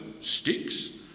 Sticks